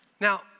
Now